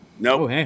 No